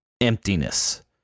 emptiness